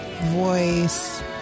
voice